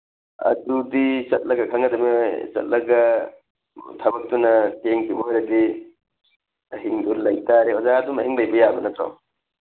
ꯑꯗꯨꯗꯤ ꯆꯠꯂꯒ ꯈꯪꯒꯗꯝꯅꯦ ꯆꯠꯂꯒ ꯊꯕꯛꯇꯨꯅ ꯊꯦꯡꯈꯤꯕ ꯑꯣꯏꯔꯗꯤ ꯑꯍꯤꯡꯗꯨ ꯂꯩ ꯇꯥꯔꯦ ꯑꯣꯖꯥ ꯑꯗꯨꯝ ꯑꯍꯤꯡ ꯂꯩꯕ ꯌꯥꯕ ꯅꯠꯇ꯭ꯔꯣ